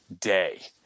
day